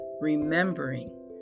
remembering